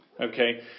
Okay